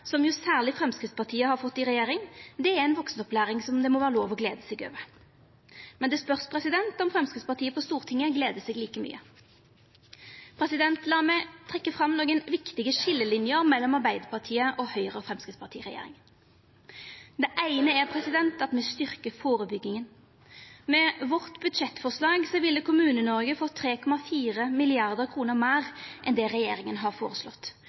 særleg Framstegspartiet har fått i regjering, er ei vaksenopplæring det må vera lov å gleda seg over. Men det spørst om Framstegspartiet på Stortinget gleder seg like mykje. Lat meg trekkja fram nokre viktige skiljeliner mellom Arbeidarpartiet og Høgre–Framstegsparti-regjeringa. Det eine er at me styrkjer førebygginga. Med budsjettforslaget vårt ville Kommune-Noreg ha fått 3,4 mrd. kr meir enn det regjeringa har